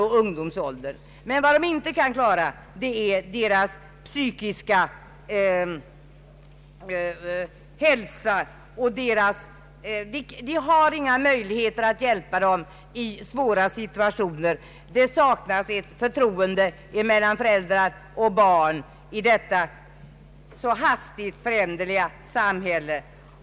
Men föräldrarna kan inte klara sina barns psykiska fostran och hälsa. De har inga möjligheter att hjälpa barnen i svåra situationer. Det saknas förtroende mellan föräldrar och barn i detta så hastigt föränderliga samhälle.